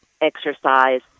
exercise